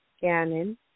Gannon